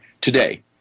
today